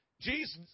Jesus